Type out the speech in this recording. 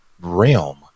realm